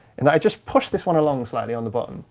and i just pushed this one along slightly on the bottom.